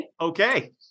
okay